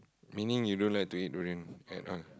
meaning you don't like to eat durian at all